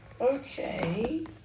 Okay